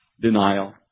denial